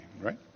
right